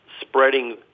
spreading